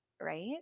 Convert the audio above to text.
right